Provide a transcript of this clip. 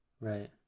Right